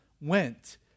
went